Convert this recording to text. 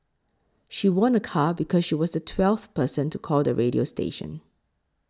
she won a car because she was the twelfth person to call the radio station